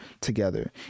together